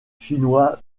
chinois